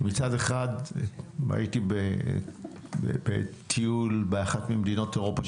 מצד אחד הייתי בטיול באחת ממדינות אירופה,